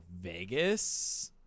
Vegas